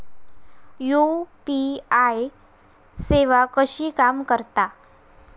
UPI सेवा कशी काम करता?